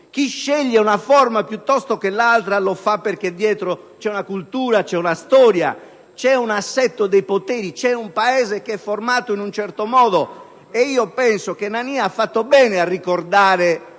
Chi sceglie una forma piuttosto che l'altra lo fa perché dietro c'è una cultura, una storia, un assetto dei poteri, c'è un Paese formato in un certo modo. Penso che il senatore Nania abbia fatto bene a ricordare